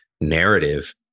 narrative